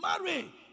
Marry